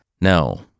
No